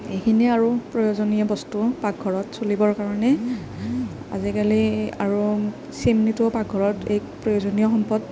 এইখিনিয়েই আৰু প্ৰয়োজনীয় বস্তু পাকঘৰত চলিবৰ কাৰণে আজিকালি আৰু চিমনিটো পাকঘৰত এক প্ৰয়োজনীয় সম্পদ